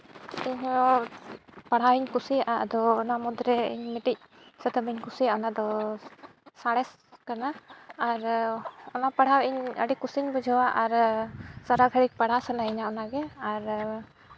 ᱦᱚᱸ ᱯᱟᱲᱦᱟᱣ ᱤᱧ ᱠᱩᱥᱤᱭᱟᱜᱼᱟ ᱟᱫᱚ ᱚᱱᱟ ᱢᱩᱫᱽᱨᱮ ᱤᱧ ᱢᱤᱫᱴᱤᱡ ᱥᱟᱛᱟᱢ ᱤᱧ ᱠᱩᱥᱤᱭᱟᱜᱼᱟ ᱚᱱᱟ ᱫᱚ ᱥᱟᱬᱮᱥ ᱠᱟᱱᱟ ᱚᱱᱟ ᱯᱟᱲᱦᱟᱣ ᱤᱧ ᱟᱹᱰᱤ ᱠᱩᱥᱤᱧ ᱵᱩᱡᱷᱟᱹᱣᱟ ᱟᱨ ᱥᱟᱨᱟ ᱜᱷᱟᱹᱲᱤ ᱯᱟᱲᱦᱟᱣ ᱥᱟᱹᱱᱟᱧᱟ ᱚᱱᱟᱜᱮ ᱟᱨ